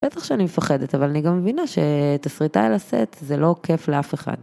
בטח שאני מפחדת, אבל אני גם מבינה שאת השריטה על הסט זה לא כיף לאף אחד.